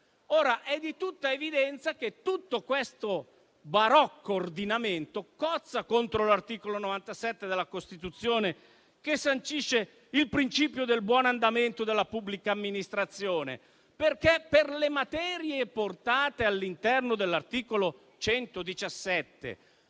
È di tutta evidenza che tutto questo barocco ordinamento cozza contro l'articolo 97 della Costituzione, che sancisce il principio del buon andamento della pubblica amministrazione. Per le materie portate all'interno dell'articolo 117,